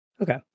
Okay